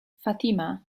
fatima